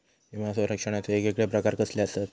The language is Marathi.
विमा सौरक्षणाचे येगयेगळे प्रकार कसले आसत?